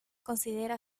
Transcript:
considera